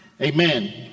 Amen